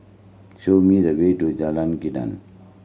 show me the way to Jalan Gendang